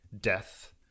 death